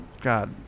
god